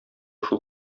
шул